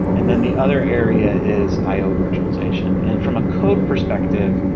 and then the other area is i o virtualization. and from a code perspective,